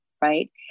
right